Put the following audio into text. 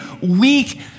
weak